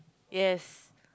yes